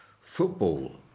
Football